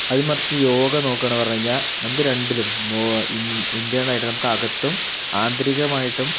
അതിൻ മറിച്ച് യോഗ നോക്കുകയാണ് പറഞ്ഞു കഴിഞ്ഞാൽ നമുക്ക് രണ്ടിലും ഇന്റേണൽ ആയിട്ട് നമുക്ക് അകത്തും ആന്തരികമായിട്ടും